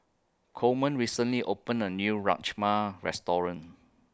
Coleman recently opened A New Rajma Restaurant